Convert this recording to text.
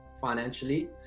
financially